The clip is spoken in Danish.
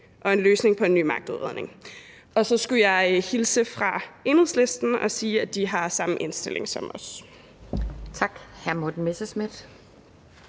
og en løsning på en ny magtudredning. Og så skulle jeg hilse fra Enhedslisten og sige, at de har samme indstilling som os. Tak.